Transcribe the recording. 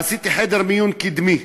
עשיתי חדר מיון קדמי,